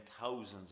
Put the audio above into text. thousands